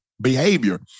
behavior